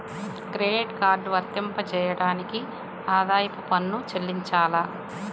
Credit card వర్తింపజేయడానికి ఆదాయపు పన్ను చెల్లించాలా?